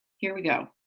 here we go.